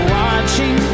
watching